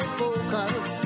focus